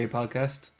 podcast